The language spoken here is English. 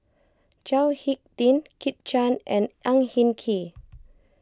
Chao Hick Tin Kit Chan and Ang Hin Kee